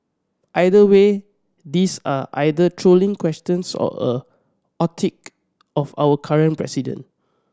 either way these are either trolling questions or a of our current president